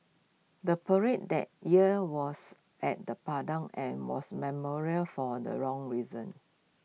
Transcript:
the parade that year was at the Padang and was memorial for the wrong reasons